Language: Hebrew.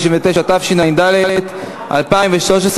התשע"ד 2013,